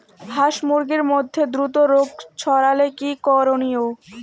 হাস মুরগির মধ্যে দ্রুত রোগ ছড়ালে কি করণীয়?